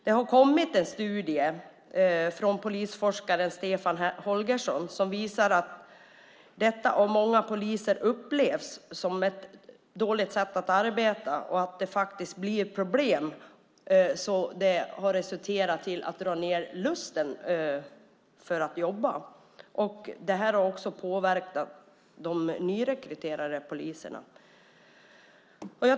Det har kommit en studie från polisforskaren Stefan Holgersson som visar att många poliser upplever detta som ett dåligt sätt att arbeta och att det faktiskt blir problem. Det har resulterat i att lusten att jobba minskar. Det har också påverkat de nyrekryterade poliserna.